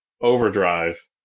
overdrive